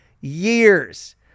years